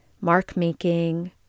mark-making